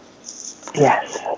Yes